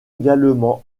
également